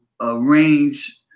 arrange